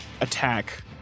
attack